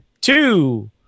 two